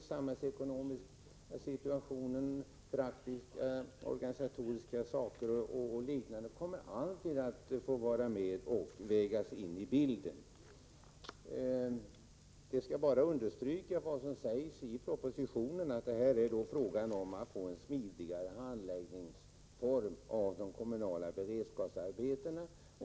Den samhällsekonomiska situationen liksom praktiska och organisatoriska frågor kommer alltid att vägas in i bilden. Det skall bara understrykas vad som sägs i propositionen, att det är fråga om att få en smidigare handläggningsform när det gäller de kommunala beredskapsarbetena.